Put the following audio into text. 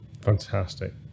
fantastic